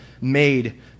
made